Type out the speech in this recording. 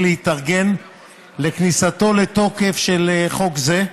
להתארגן לכניסתו לתוקף של חוק זה,